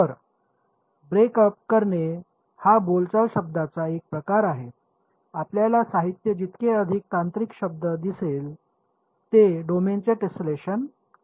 तर break up करणे हा बोलचाल शब्दाचा एक प्रकार आहे आपल्याला साहित्यात जितके अधिक तांत्रिक शब्द दिसेल ते डोमेनचे टेस्लेशन आहे